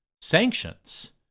Sanctions